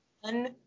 one